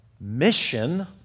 mission